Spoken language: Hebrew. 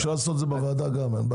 אפשר לעשות את זה בוועדה גם.